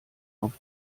auf